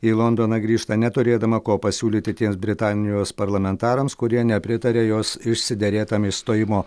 į londoną grįžta neturėdama ko pasiūlyti britanijos parlamentarams kurie nepritaria jos išsiderėtam išstojimo